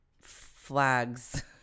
Flags